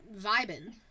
vibing